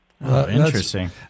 Interesting